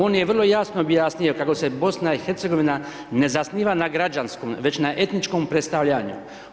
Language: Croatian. On je vrlo jasno razjasnio kako se BIH ne zasniva na građanskom već na etičnom predstavljanju.